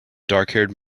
darkhaired